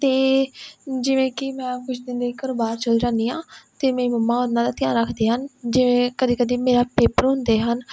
ਅਤੇ ਜਿਵੇਂ ਕਿ ਮੈਂ ਕੁਝ ਦਿਨ ਲਈ ਘਰੋਂ ਬਾਹਰ ਚਲ ਜਾਂਦੀ ਹਾਂ ਤਾਂ ਮੇਰੀ ਮੰਮਾ ਉਹਨਾਂ ਦਾ ਧਿਆਨ ਰੱਖਦੇ ਹਨ ਜਿਵੇਂ ਕਦੀ ਕਦੀ ਮੇਰਾ ਪੇਪਰ ਹੁੰਦੇ ਹਨ